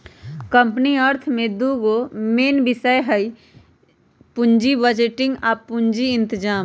company अर्थ में दूगो मेन विषय हइ पुजी बजटिंग आ पूजी इतजाम